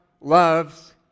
loves